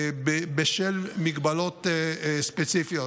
בשל מגבלות ספציפיות.